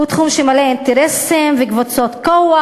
הוא תחום שמלא אינטרסים וקבוצות כוח,